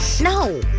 No